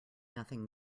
nothing